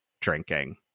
drinking